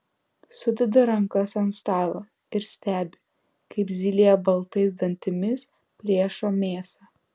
sudeda rankas ant stalo ir stebi kaip zylė baltais dantimis plėšo mėsą